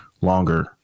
longer